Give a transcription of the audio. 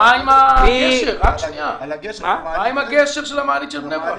מה עם גשר המעלית של בני ברק?